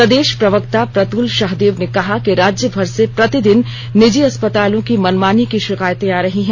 प्रदेश प्रवक्ता प्रतुल शाहदेव ने कहा कि राज्यभर से प्रतिदिन निजी अस्पतालों की मनमानी की शिकायतें आ रही हैं